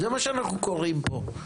זה מה שאנחנו קוראים פה,